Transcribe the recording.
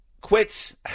quits